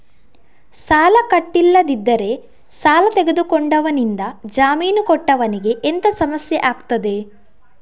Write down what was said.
ಸಾಲ ಕಟ್ಟಿಲ್ಲದಿದ್ದರೆ ಸಾಲ ತೆಗೆದುಕೊಂಡವನಿಂದ ಜಾಮೀನು ಕೊಟ್ಟವನಿಗೆ ಎಂತ ಸಮಸ್ಯೆ ಆಗ್ತದೆ?